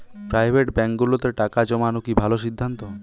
Private ব্যাংকগুলোতে টাকা জমানো কি ভালো সিদ্ধান্ত?